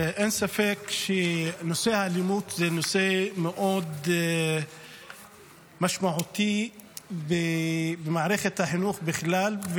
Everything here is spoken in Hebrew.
אין ספק שנושא האלימות זה נושא מאוד משמעותי במערכת החינוך בכלל.